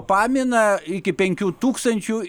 paminą iki penkių tūkstančių